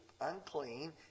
unclean